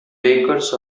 bakers